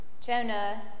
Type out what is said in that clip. Jonah